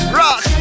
rock